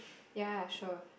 ya sure